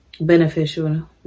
beneficial